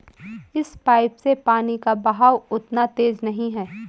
इस पाइप से पानी का बहाव उतना तेज नही है